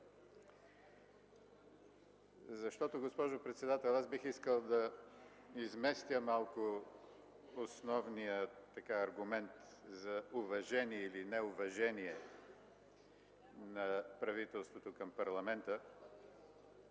държавата. Госпожо председател, аз бих искал да изместя малко основния аргумент за уважение или неуважение на правителството към парламента